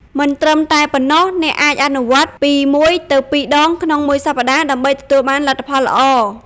មិនត្រឹមតែប៉ុណ្ណោះ អ្នកអាចអនុវត្តន៍ពី ១ ទៅ ២ ដងក្នុងមួយសប្តាហ៍ ដើម្បីទទួលបានលទ្ធផលល្អ។